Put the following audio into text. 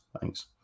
Thanks